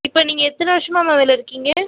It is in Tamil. இப்போ நீங்கள் எத்தனை வருஷமா மேம் இதில் இருக்கீங்கள்